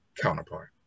counterpart